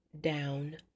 down